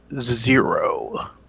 Zero